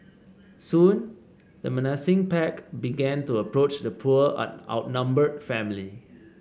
soon the menacing pack began to approach the poor outnumbered family